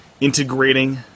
integrating